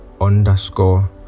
underscore